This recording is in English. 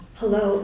hello